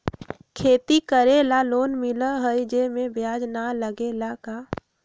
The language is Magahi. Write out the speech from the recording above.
खेती करे ला लोन मिलहई जे में ब्याज न लगेला का?